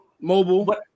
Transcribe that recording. mobile